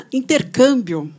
intercâmbio